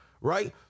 right